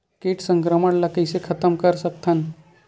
कीट संक्रमण ला कइसे खतम कर सकथन?